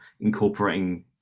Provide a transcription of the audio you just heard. incorporating